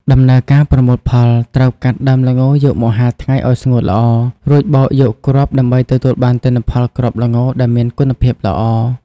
ដំណើរការប្រមូលផល ត្រូវកាត់ដើមល្ងយកមកហាលថ្ងៃឱ្យស្ងួតល្អ រួចបោកយកគ្រាប់ដើម្បីទទួលបានទិន្នផលគ្រាប់ល្ងដែលមានគុណភាពល្អ។